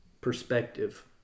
perspective